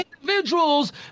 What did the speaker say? individuals